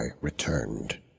returned